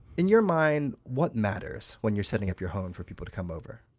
in your mind, what matters when you're setting up your home for people to come over?